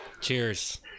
Cheers